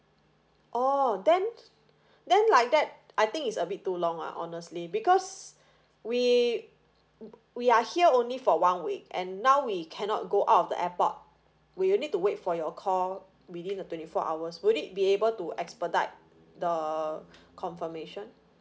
orh then then like that I think is a bit too long lah honestly because we we are here only for one week and now we cannot go out of the airport we will need to wait for your call within the twenty four hours would it be able to expedite the confirmation